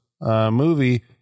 movie